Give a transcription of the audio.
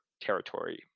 territory